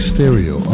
Stereo